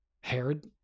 Herod